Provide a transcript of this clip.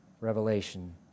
Revelation